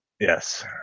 Yes